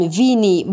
vini